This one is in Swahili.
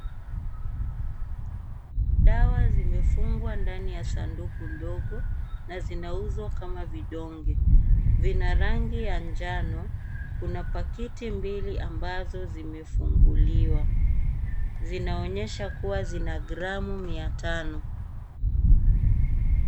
Dawa zimefungwa ndani ya sanduku ndogo, na vinauzwa kama donge. Zina rangi ya njano, na kuna pakiti mbili ambazo zimefunguliwa. Zinaonyesha kuwa zina gramu mia tano.